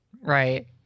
Right